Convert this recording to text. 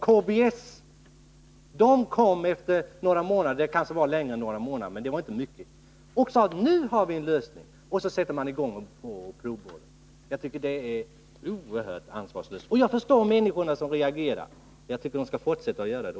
KBS kom efter några månader — kanske var det efter litet längre tid — och sade att det nu finns en lösning, varefter man satte i gång och provborrade. Detta är, enligt min mening, oerhört ansvarslöst. Jag förstår de människor som reagerar, och jag tycker att de skall fortsätta att göra det.